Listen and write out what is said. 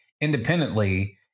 independently